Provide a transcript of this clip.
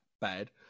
bad